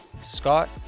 Scott